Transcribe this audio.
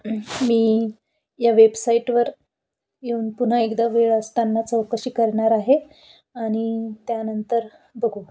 मी या वेबसाईटवर येऊन पुन्हा एकदा वेळ असताना चौकशी करणार आहे आणि त्यानंतर बघू